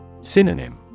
Synonym